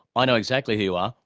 i know exactly who you are,